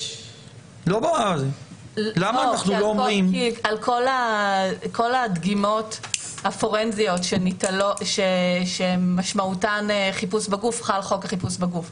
על כל הדגימות הפורנזיות שמשמעותן חיפוש בגוף חל חוק החיפוש בגוף.